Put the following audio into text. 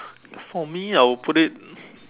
for me I will put it